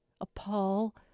appall